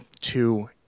two